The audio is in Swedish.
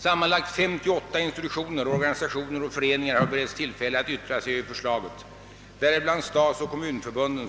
Sammanlagt 58 institutioner, organisationer och föreningar har beretts tillfälle att yttra sig över förslaget, däribland stadsoch kommunförbunden,